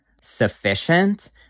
sufficient